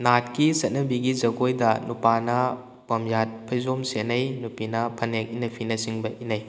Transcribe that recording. ꯅꯥꯠꯀꯤ ꯆꯠꯅꯕꯤꯒꯤ ꯖꯒꯣꯏꯗ ꯅꯨꯄꯥꯅ ꯄꯨꯝꯌꯥꯠ ꯐꯩꯖꯣꯝ ꯁꯦꯠꯅꯩ ꯅꯨꯄꯤꯅ ꯐꯅꯦꯛ ꯏꯅꯐꯤꯅ ꯆꯤꯡꯕ ꯏꯟꯅꯩ